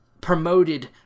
promoted